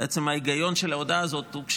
עצם ההיגיון של ההודעה הזאת הוא כשלעצמו,